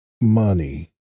money